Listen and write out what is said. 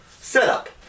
setup